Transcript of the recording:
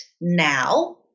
now